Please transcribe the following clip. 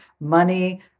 money